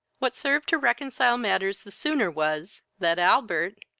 what served to reconcile matters the sooner was, that albert,